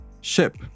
ship